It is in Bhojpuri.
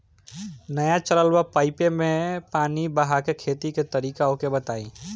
नया चलल बा पाईपे मै पानी बहाके खेती के तरीका ओके बताई?